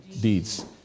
deeds